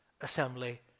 assembly